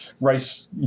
rice